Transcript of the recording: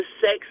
sex